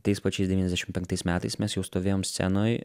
tais pačiais devyniasdešim penktais metais mes jau stovėjom scenoj